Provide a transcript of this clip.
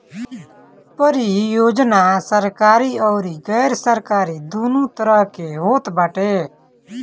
परियोजना सरकारी अउरी गैर सरकारी दूनो तरही के होत बाटे